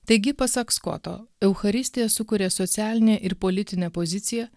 taigi pasak skoto eucharistija sukuria socialinę ir politinę poziciją